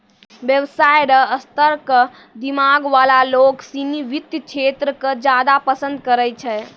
व्यवसाय र स्तर क दिमाग वाला लोग सिनी वित्त क्षेत्र क ज्यादा पसंद करै छै